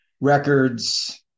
records